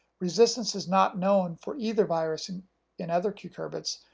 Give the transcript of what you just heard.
resistance is not known for either virus in in other cucurbits,